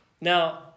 Now